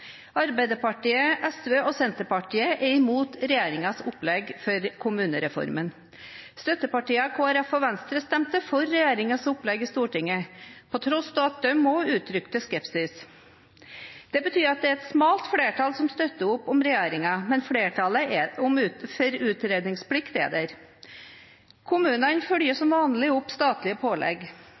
Arbeiderpartiet, SV og Senterpartiet er imot regjeringens opplegg for kommunereformen. Støttepartiene Kristelig Folkeparti og Venstre stemte for regjeringens opplegg i Stortinget, på tross av at de også uttrykte skepsis. Det betyr at det er et smalt flertall som støtter opp om regjeringen, men flertallet for utredningsplikt er der. Kommunene følger som vanlig opp statlige pålegg.